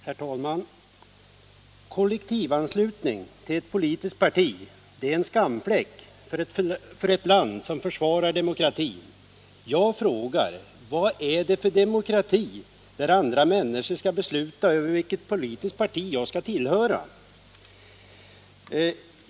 Herr talman! Kollektivanslutning till ett politiskt parti är en skamfläck för ett land som försvarar demokratin. Jag frågar: Vad är det för demokrati när andra människor skall besluta över vilket politiskt parti jag skall tillhöra?